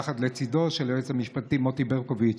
לצידו של היועץ המשפטי מוטי ברקוביץ'.